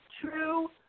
true